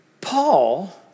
Paul